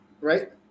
right